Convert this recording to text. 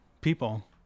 people